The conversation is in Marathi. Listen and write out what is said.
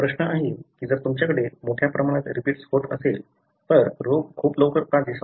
प्रश्न आहे की जर तुमच्याकडे मोठ्या प्रमाणात रिपीट्स होत असेल तर रोग खूप लवकर का दिसावा